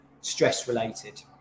stress-related